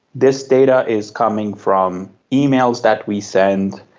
this data is coming from emails that we send,